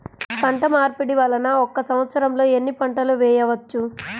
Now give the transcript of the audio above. పంటమార్పిడి వలన ఒక్క సంవత్సరంలో ఎన్ని పంటలు వేయవచ్చు?